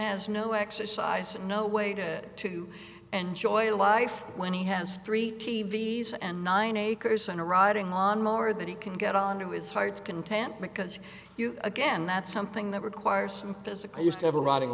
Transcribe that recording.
has no exercise and no way to to enjoy life when he has three t v s and nine acres and a riding lawn mower that he can get on to his heart's content because you again that's something that requires some physical used to have a riding